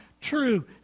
true